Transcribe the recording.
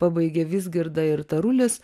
pabaigė vizgirda ir tarulis